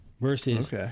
versus